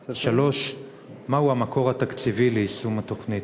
3. מה הוא המקור התקציבי ליישום התוכנית?